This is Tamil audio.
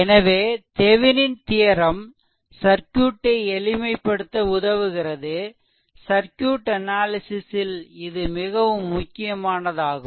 எனவே தெவெனின் தியெரெம் சர்க்யூட்டை எளிமைப்படுத்த உதவுகிறது சர்க்யூட் அனாலிசிஸ் ல் இது மிகவும் முக்கியமானதாகும்